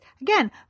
Again